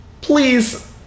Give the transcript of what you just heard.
please